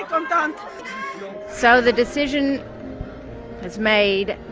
um but so the decision is made.